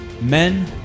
Men